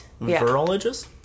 Virologist